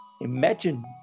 Imagine